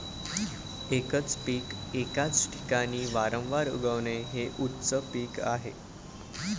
एकच पीक एकाच ठिकाणी वारंवार उगवणे हे उच्च पीक आहे